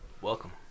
Welcome